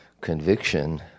conviction